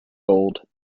bold